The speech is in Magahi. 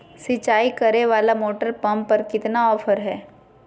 सिंचाई करे वाला मोटर पंप पर कितना ऑफर हाय?